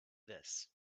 this